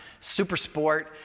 Supersport